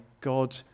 God